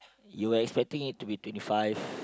you expecting it to be twenty five